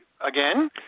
again